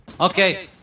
Okay